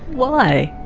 why?